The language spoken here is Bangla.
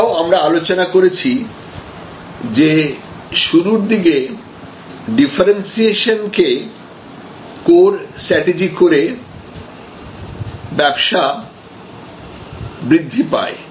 এটাও আমরা আলোচনা করেছি যেশুরুর দিকে ডিফারেন্সিয়েশন কে কোর স্ট্র্যাটেজি করে ব্যবসা বৃদ্ধি পায়